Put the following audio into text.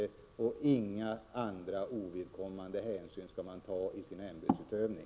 De skall inte ta några ovidkommande hänsyn i sin ämbetsutövning.